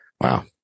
Wow